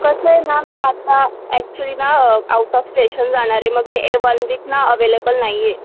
कसं आहे ना मी आता ॲक्चुली ना आऊट ऑफ स्टेशन जाणार आहे मग मी ए वन विक ना अवेलेबल नाही आहे